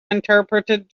interpreted